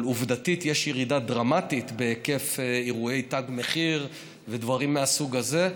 אבל עובדתית יש ירידה דרמטית בהיקף אירועי תג מחיר ודברים מהסוג הזה.